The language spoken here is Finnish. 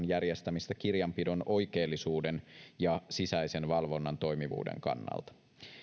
järjestämistä kirjanpidon oikeellisuuden ja sisäisen valvonnan toimivuuden kannalta